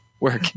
work